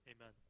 Amen